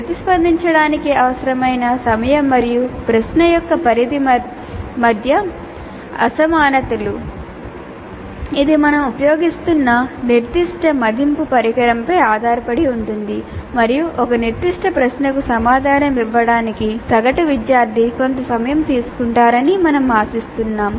ప్రతిస్పందించడానికి అవసరమైన సమయం మరియు ప్రశ్న యొక్క పరిధి మధ్య అసమానతలు ఇది మేము ఉపయోగిస్తున్న నిర్దిష్ట మదింపు పరికరంపై ఆధారపడి ఉంటుంది మరియు ఒక నిర్దిష్ట ప్రశ్నకు సమాధానం ఇవ్వడానికి సగటు విద్యార్థి కొంత సమయం తీసుకుంటారని మేము ఆశిస్తున్నాము